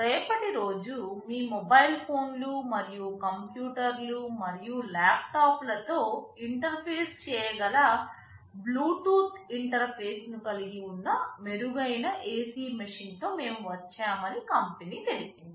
రేపటి రోజు మీ మొబైల్ ఫోన్లు మరియు కంప్యూటర్లు మరియు ల్యాప్టాప్లతో ఇంటర్ఫేస్ చేయగల బ్లూటూత్ ఇంటర్ఫేస్ను కలిగి ఉన్న మెరుగైన ఎసి మెషీన్తో మేము వచ్చామని కంపెనీ తెలిపింది